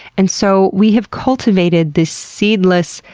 and so we have cultivated this seedless,